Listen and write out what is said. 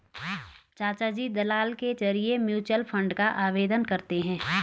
चाचाजी दलाल के जरिए म्यूचुअल फंड का आवेदन करते हैं